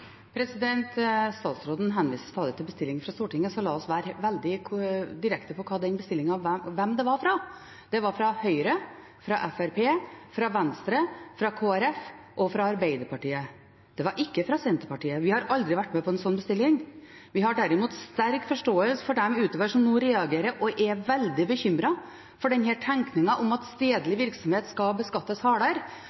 Statsråden henviser stadig til bestillinger fra Stortinget, så la oss være veldig direkte på hvem den bestillingen var fra. Den var fra Høyre, fra Fremskrittspartiet, fra Venstre, fra Kristelig Folkeparti og fra Arbeiderpartiet. Den var ikke fra Senterpartiet. Vi har aldri vært med på en slik bestilling. Vi har derimot sterk forståelse for dem utover landet som nå reagerer og er veldig bekymret for denne tenkningen om at